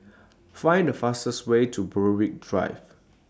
Find The fastest Way to Berwick Drive